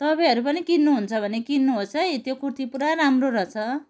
तपाईँहरू पनि किन्नुहुन्छ भने किन्नुहोस् है त्यो कुर्ती पुरा राम्रो रहेछ